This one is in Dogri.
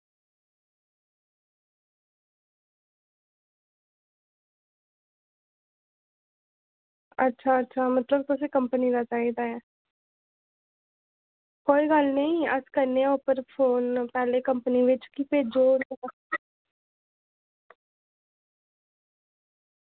अच्छा अच्छा मतलब तुसें कंपनी दा चाहिदा ऐ कोई गल्ल नेईं अस करने आं उप्पर फोन पैह्लें कंपनी बिच्च कि भेजो